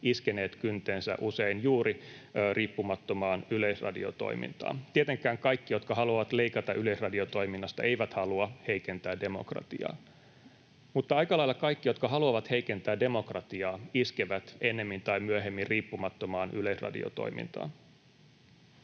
iskeneet kyntensä usein juuri riippumattomaan yleisradiotoimintaan. Tietenkään kaikki, jotka haluavat leikata yleisradiotoiminnasta, eivät halua heikentää demokratiaa, mutta aika lailla kaikki, jotka haluavat heikentää demokratiaa, iskevät ennemmin tai myöhemmin riippumattomaan yleisradiotoimintaan.